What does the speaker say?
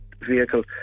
vehicle